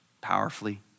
powerfully